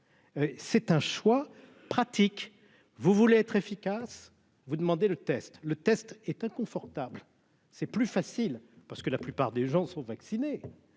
c'est un choix pratique vous voulez être efficace, vous demandez le test, le test est inconfortable, c'est plus facile parce que la plupart des gens sont vaccinés,